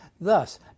Thus